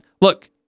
look